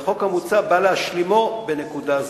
והחוק המוצע בא להשלימו בנקודה זו.